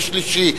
וביום שלישי,